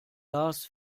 las